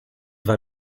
war